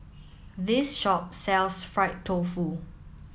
this shop sells Fried Tofu